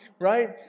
Right